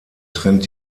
trennt